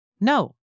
No